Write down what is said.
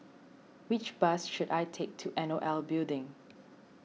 which bus should I take to N O L Building